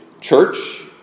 church